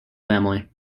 family